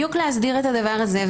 בדיוק להסדיר את הדבר הזה.